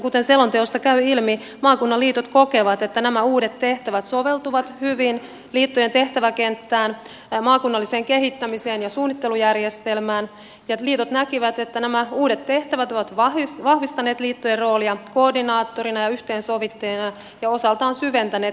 kuten selonteosta käy ilmi maakunnan liitot kokevat että nämä uudet tehtävät soveltuvat hyvin liittojen tehtäväkenttään maakun nalliseen kehittämiseen ja suunnittelujärjestelmään ja liitot näkivät että nämä uudet tehtävät ovat vahvistaneet liittojen roolia koordinaattorina ja yhteensovittajina ja osaltaan syventäneet liittojen osaamistakin